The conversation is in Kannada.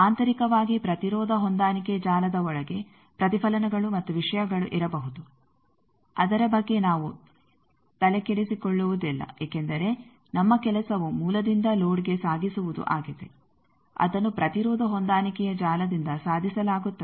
ಆಂತರಿಕವಾಗಿ ಪ್ರತಿರೋಧ ಹೊಂದಾಣಿಕೆ ಜಾಲದ ಒಳಗೆ ಪ್ರತಿಫಲನಗಳು ಮತ್ತು ವಿಷಯಗಳು ಇರಬಹುದು ಅದರ ಬಗ್ಗೆ ನಾವು ತಲೆಕೆಡಿಸಿಕೊಳ್ಳುವುದಿಲ್ಲ ಏಕೆಂದರೆ ನಮ್ಮ ಕೆಲಸವು ಮೂಲದಿಂದ ಲೋಡ್ಗೆ ಸಾಗಿಸುವುದು ಆಗಿದೆ ಅದನ್ನು ಪ್ರತಿರೋಧ ಹೊಂದಾಣಿಕೆಯ ಜಾಲದಿಂದ ಸಾಧಿಸಲಾಗುತ್ತದೆ